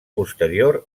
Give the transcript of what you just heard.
posterior